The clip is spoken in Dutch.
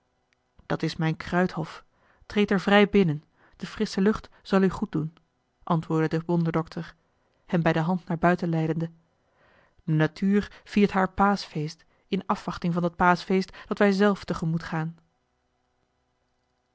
dat is mijn kruidhof treed er vrij binnen de frissche lucht zal u goed doen antwoordde de wonderdokter hem bij de hand naar buiten leidende de natuur viert haar paaschfeest in afwachting van dat paaschfeest dat wij zelf te gemoet gaan